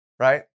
right